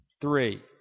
Three